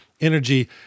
energy